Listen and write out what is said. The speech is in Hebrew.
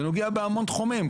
זה נוגע בהרבה תחומים,